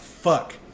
fuck